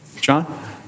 John